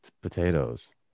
potatoes